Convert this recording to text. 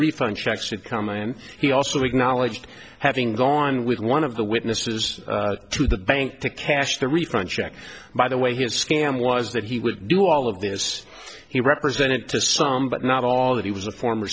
refund checks would come in and he also acknowledged having gone with one of the witnesses to the bank to cash the refund check by the way his scam was that he would do all of this he represented to some but not all that he was a former